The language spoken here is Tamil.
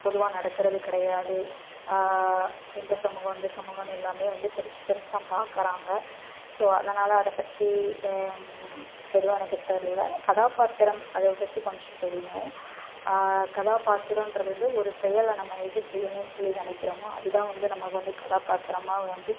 பொதுவாக நடக்கிறது கிடையாது இந்த சமூகம் அந்த சமூகம்னு எல்லாருமே வந்து பிரிச்சு பிரிச்சு தான் பார்க்கறாங்க ஸோ அதனால் அதை பற்றி எதுவும் எனக்கு தெரில கதாபாத்திரம் அதை பற்றி கொஞ்சம் தெரியும் கதாபாத்திரன்றது வந்து ஒரு செயலை நம்ம எது செய்யணும்னு சொல்லி நினைக்கிறோமோ அது தான் வந்து நமக்கு வந்து கதாபாத்திரமாக வந்து